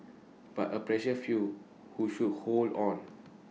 but A precious few who should hold on